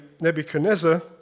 Nebuchadnezzar